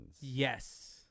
Yes